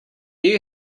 you